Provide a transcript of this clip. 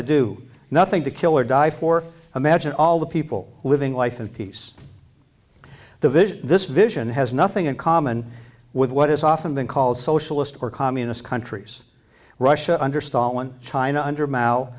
to do nothing to kill or die for imagine all the people living life and peace the vision this vision has nothing in common with what is often been called socialist or communist countries russia under stalin china under ma